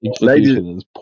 ladies